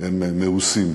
הם מעושים.